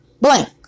Blank